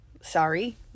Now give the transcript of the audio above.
Sorry